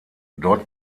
dort